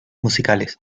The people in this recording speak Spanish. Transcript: musicales